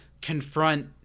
confront